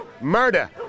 murder